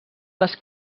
les